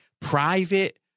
private